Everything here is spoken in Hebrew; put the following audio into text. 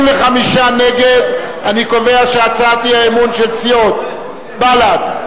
55. אני קובע שהצעת האי-אמון של סיעות בל"ד,